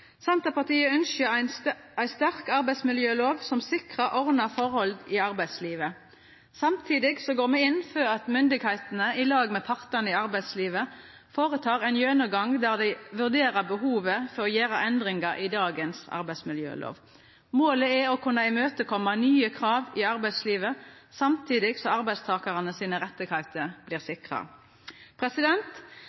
Senterpartiet ynskjer ei sterk arbeidsmiljølov som sikrar ordna forhold i arbeidslivet. Samtidig går me inn for at myndigheitene, i lag med partane i arbeidslivet, føretek ein gjennomgang der dei vurderer behovet for å gjera endringar i dagens arbeidsmiljølov. Målet er å kunna møta nye krav i arbeidslivet samtidig som rettane til arbeidstakarane